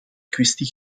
kwestie